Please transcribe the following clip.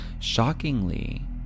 Shockingly